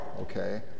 okay